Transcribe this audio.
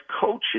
coaches